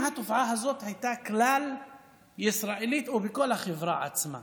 אם התופעה הזאת הייתה כלל ישראלית או בכל החברה עצמה.